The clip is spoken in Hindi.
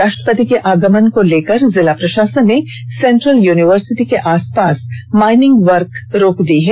राष्ट्रपति के आगमन को लेकर जिला प्रशासन ने सेंट्रल यूनिवर्सिटी के आंसपास माइनिंग वर्क पर रोक लगा दी है